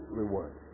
reward